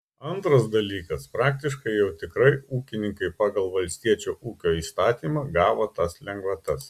antras dalykas praktiškai jau tikrai ūkininkai pagal valstiečio ūkio įstatymą gavo tas lengvatas